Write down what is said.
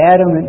Adam